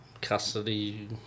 custody